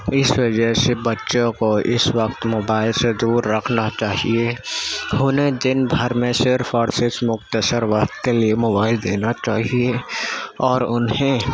اس وجہ سے بچوں کو اس وقت موبائل سے دور رکھنا چاہیے انہیں دن بھر میں صرف اور صرف مختصر وقت کے لیے موبائل دینا چاہیے اور انہیں